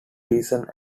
recent